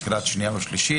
לקראת קריאה שנייה ושלישית,